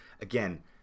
again